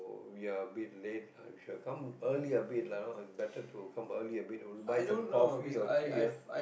we are a bit late lah we should've have come early a bit lah ah it's better to come early a bit buy some coffee or tea ah